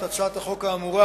את הצעת החוק האמורה,